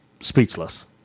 speechless